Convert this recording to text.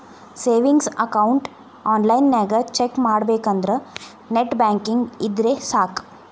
savings account ಆನ್ಲೈನ್ನ್ಯಾಗ check ಮಾಡಬೇಕಂದ್ರ net banking ಇದ್ರೆ ಸಾಕ್